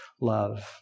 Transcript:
love